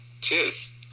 cheers